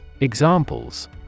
Examples